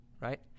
Right